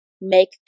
make